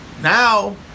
Now